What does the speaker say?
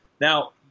Now